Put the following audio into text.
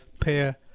pair